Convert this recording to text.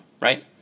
right